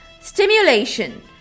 stimulation